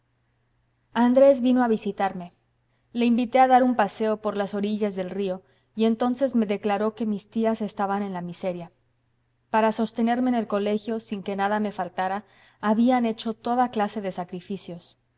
andrés vino a visitarme le invité a dar un paseo por las orillas del río y entonces me declaró que mis tías estaban en la miseria para sostenerme en el colegio sin que nada me faltara habían hecho toda clase de sacrificios